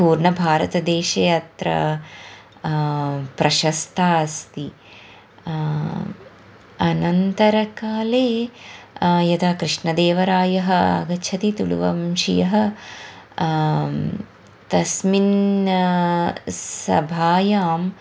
पूर्णभारतदेशे अत्र प्रशस्ता अस्ति अनन्तरकाले यदा कृष्णदेवरायः आगच्छति तुलुवंशीयः तस्मिन् सभायाम्